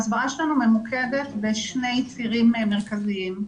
ההסברה שלנו ממוקדת בשני צירים מרכזיים,